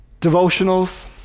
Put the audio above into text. devotionals